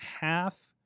half